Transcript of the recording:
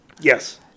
Yes